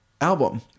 album